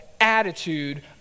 attitude